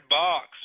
box